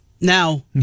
Now